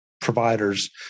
providers